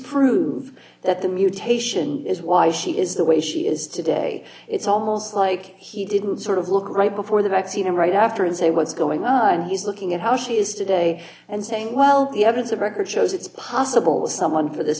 disprove that the mutation is why she is the way she is today it's almost like he didn't sort of look right before the vaccine and right after and say what's going on he's looking at how she is today and saying well the evidence of record shows it's possible someone for this